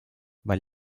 weil